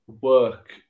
work